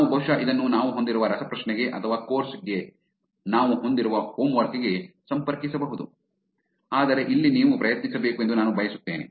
ನಾವು ಬಹುಶಃ ಇದನ್ನು ನಾವು ಹೊಂದಿರುವ ರಸಪ್ರಶ್ನೆಗೆ ಅಥವಾ ಕೋರ್ಸ್ ಗಾಗಿ ನಾವು ಹೊಂದಿರುವ ಹೋಮ್ವರ್ಕ್ ಗೆ ಸಂಪರ್ಕಿಸಬಹುದು ಆದರೆ ಇಲ್ಲಿ ನೀವು ಪ್ರಯತ್ನಿಸಬೇಕು ಎಂದು ನಾನು ಬಯಸುತ್ತೇನೆ